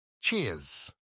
Cheers